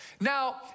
Now